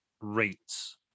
rates